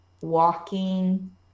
walking